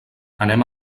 anem